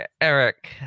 Eric